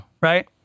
right